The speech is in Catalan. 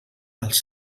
als